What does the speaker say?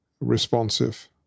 responsive